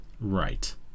right